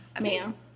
ma'am